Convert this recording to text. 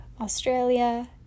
Australia